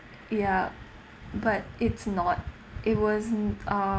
ya but it's not it wasn't uh